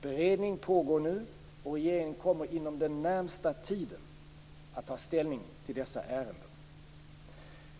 Beredningen pågår nu, och regeringen kommer inom den närmaste tiden att ta ställning till dessa ärenden.